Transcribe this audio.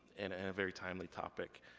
and and a very timely topic.